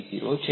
50 છે